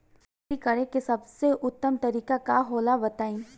खेती करे के सबसे उत्तम तरीका का होला बताई?